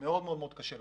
כי זה מאוד קשה לנו.